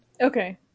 Okay